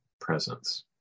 presence